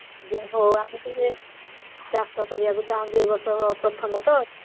ଆଜ୍ଞା ହଉ ଆମେ ଟିକିଏ ଚାଷ କରିବାକୁ ଚାହୁଁଛୁ ଏ ବର୍ଷ ପ୍ରଥମେ ତ